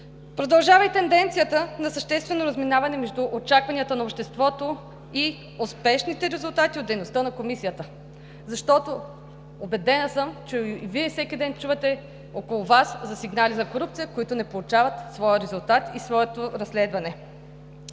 Продължава и тенденцията на съществено разминаване между очакванията на обществото и успешните резултати от дейността на Комисията. Защото, убедена съм, че и Вие всеки ден чувате около Вас за сигнали за корупция, които не получават своя резултат и своето разследване.